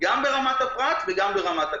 גם ברמת הפרט וגם ברמת הכלל.